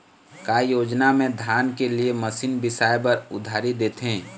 का योजना मे धान के लिए मशीन बिसाए बर उधारी देथे?